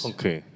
Okay